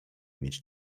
mieć